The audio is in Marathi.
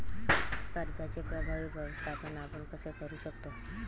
कर्जाचे प्रभावी व्यवस्थापन आपण कसे करु शकतो?